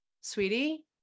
sweetie